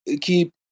keep